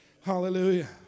hallelujah